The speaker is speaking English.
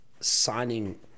signing